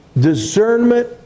discernment